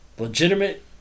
Legitimate